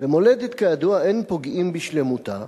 ומולדת, כידוע, אין פוגעים בשלמותה,